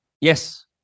Yes